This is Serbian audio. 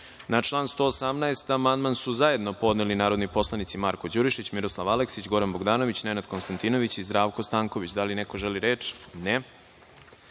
član 119. amandman su zajedno podneli narodni poslanici Marko Đurišić, Miroslav Aleksić, Goran Bogdanović, Nenad Konstantinović i Zdravko Stanković. Vlada i Odbor za